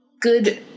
good